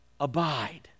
abide